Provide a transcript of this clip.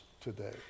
today